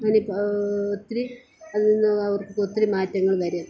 അതിന് ഒത്തിരി അതിൽനിന്ന് അവർക്ക് ഒത്തിരി മാറ്റങ്ങൾ വരും